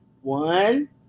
One